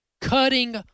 cutting